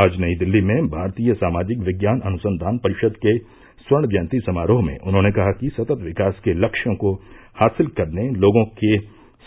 आज नई दिल्ली में भारतीय सामाजिक विज्ञान अनुसंधान परिषद के स्वर्ण जयंती समारोह में उन्होंने कहा कि सतत विकास के लक्ष्यों को हासिल करने लोगों के